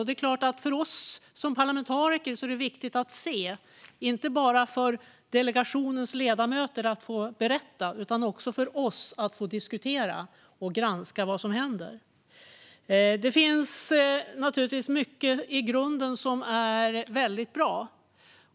Det är klart att det är viktigt inte bara för delegationens ledamöter att få berätta utan också för oss som parlamentariker att få diskutera och granska det som händer. Det finns naturligtvis mycket som i grunden är väldigt bra.